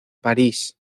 parís